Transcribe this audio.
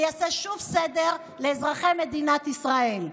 אני אעשה שוב סדר לאזרחי מדינת ישראל.